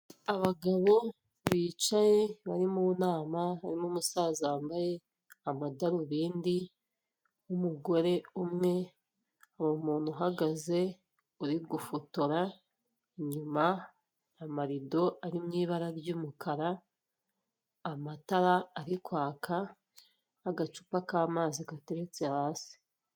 Abagabo bicaye bari mu nama harimo umusaza wambaye amadarubindi n'umugore umwe, umuntu uhagaze uri gufotora, inyuma amarido ari mu ibara ry'umukara, amatara ari kwaka, agacupa k'amazi gateretse hasi.